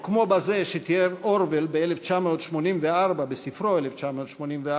או כמו בזה שתיאר אורוול בספרו "1984",